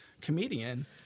comedian